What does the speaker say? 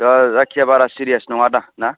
दा जायखिया बारा सिरियास नङा दा ना